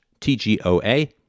TGOA